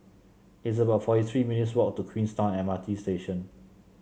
it's about forty three minutes' walk to Queenstown M R T Station